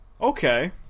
Okay